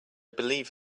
believe